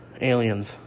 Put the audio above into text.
Aliens